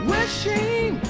Wishing